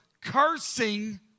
cursing